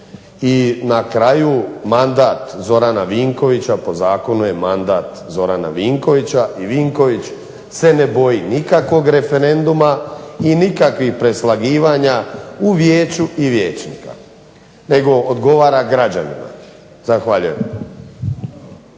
I na kraju mandat Zorana Vinkovića, po zakonu je mandat Zorana Vinkovića, i Vinković se ne boji nikakvog referenduma, i nikakvih preslagivanja u vijeću i vijećnika, nego odgovara građanima. Zahvaljujem.